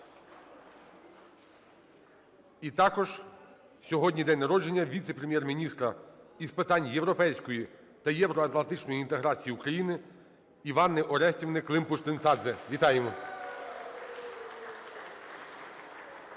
І також сьогодні день народження віце-прем'єр-міністра з питань європейської та євроатлантичної інтеграції України Іванни Орестівни Климпуш-Цинцадзе. Вітаємо!